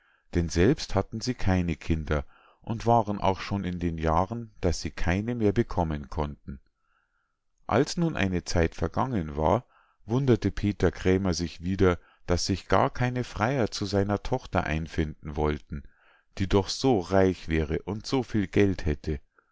denn selbst hatten sie keine kinder und waren auch schon in den jahren daß sie keine mehr bekommen konnten als nun eine zeit vergangen war wunderte peter krämer sich wieder daß sich gar keine freier zu seiner tochter einfinden wollten die doch so reich wäre und so viel geld hätte